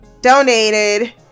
donated